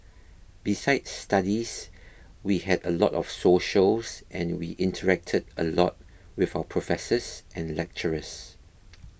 besides studies we had a lot of socials and we interacted a lot with our professors and lecturers